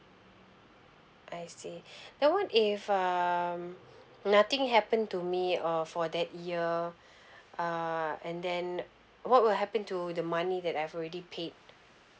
I see then what if um nothing happen to me or for that year uh and then what will happen to the money that I've already paid